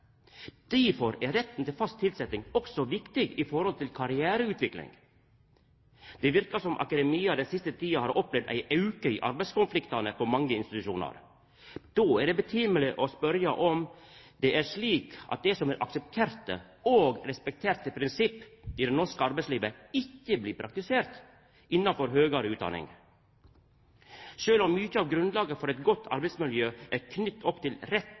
Difor er retten til fast tilsetjing også viktig for karriereutvikling. Det verkar som om akademia den siste tida har opplevd ein auke i arbeidskonfliktane på mange institusjonar. Då er det passande å spørja om det er slik at det som er aksepterte og respekterte prinsipp i det norske arbeidslivet, ikkje blir praktisert innanfor høgare utdanning. Sjølv om mykje av grunnlaget for eit godt arbeidsmiljø er knytt opp til